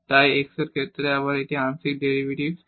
তাই x এর ক্ষেত্রে আবার এর আংশিক ডেরিভেটিভ হবে